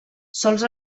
sols